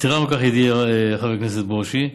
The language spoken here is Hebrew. יתרה מזו, ידידי חבר הכנסת ברושי,